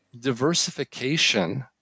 diversification